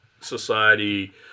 society